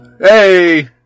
Hey